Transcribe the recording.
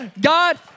God